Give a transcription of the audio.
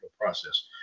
process